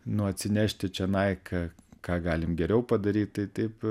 nu atsinešti čionai ką ką galim geriau padaryt tai taip